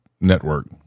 network